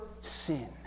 sin